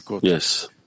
Yes